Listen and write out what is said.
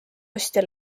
ostja